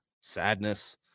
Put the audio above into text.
sadness